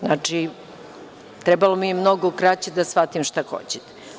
Znači, trebalo mi je mnogo kraće da shvatim šta hoćete.